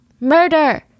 Murder